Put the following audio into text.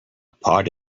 pod